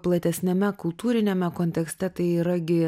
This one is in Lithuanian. platesniame kultūriniame kontekste tai yra gi